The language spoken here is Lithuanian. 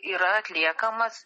yra atliekamas